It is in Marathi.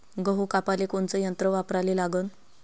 गहू कापाले कोनचं यंत्र वापराले लागन?